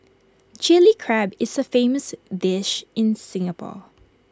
Chilli Crab is A famous dish in Singapore